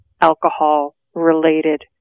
alcohol-related